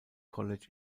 college